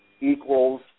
equals